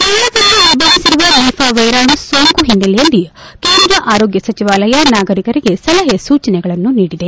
ಕೇರಳದಲ್ಲಿ ಉಲ್ಪಣಿಸಿರುವ ನಿಫಾ ವೈರಾಣು ಸೋಂಕು ಹಿನ್ನೆಲೆಯಲ್ಲಿ ಕೇಂದ್ರ ಆರೋಗ್ವ ಸಚಿವಾಲಯ ನಾಗರಿಕರಿಗೆ ಸಲಹೆ ಸೂಚನೆಗಳನ್ನು ನೀಡಿದೆ